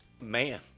Man